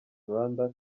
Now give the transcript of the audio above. rwanda